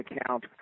account